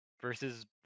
versus